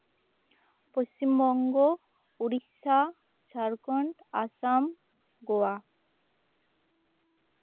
Paschim Banga Odisha Jharkhand Assam Goa